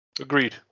Agreed